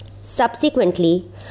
Subsequently